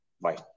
Bye